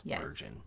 Virgin